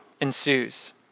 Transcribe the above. ensues